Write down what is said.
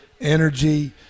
energy